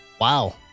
Wow